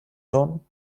turnen